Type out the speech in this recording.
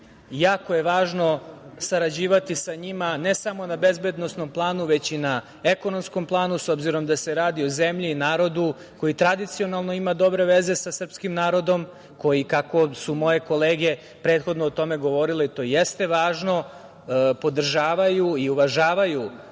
Jako je važno sarađivati sa njima, ne samo na bezbednosnom planu, već i na ekonomskom planu s obzirom da se radi o zemlji i narodu koji tradicionalno ima dobre veze sa srpskim narodom, koji, kako su moje kolege prethodno o tome govorile, to jeste važno, podržavaju i uvažavaju